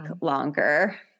longer